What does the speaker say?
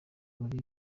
uri